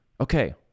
Okay